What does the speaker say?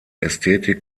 ästhetik